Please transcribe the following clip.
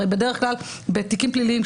הרי בדרך כלל בתיקים פליליים,